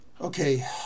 Okay